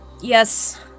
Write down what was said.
Yes